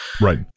Right